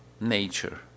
nature